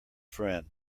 friend